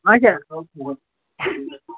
اَچھا